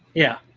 yeah.